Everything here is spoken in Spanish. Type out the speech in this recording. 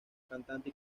cantante